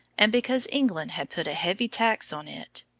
and because england had put a heavy tax on it.